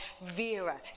Vera